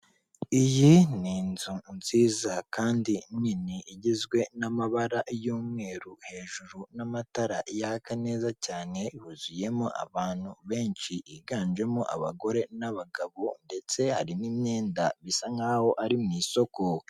Iyi ni inzu nziza kandi nini igizwe n'amabara y'umweru hejuru n'amatara yaka neza cyane, huzuyemo abantu benshi higanjemo abagore n'abagabo ndetse hari n'imyenda bisa nkaho ari mu isoko.